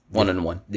one-on-one